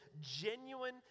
genuine